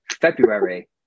february